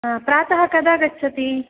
हा प्रातः कदा गच्छति